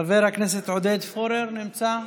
חבר הכנסת עודד פורר נמצא?